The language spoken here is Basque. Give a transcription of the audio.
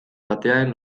batean